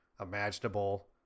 imaginable